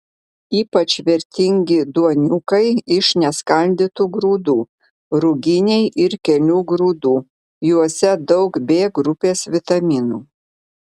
ypač vertingi duoniukai iš neskaldytų grūdų ruginiai ir kelių grūdų juose daug b grupės vitaminų